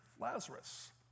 Lazarus